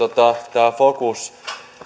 tämä fokus